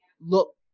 look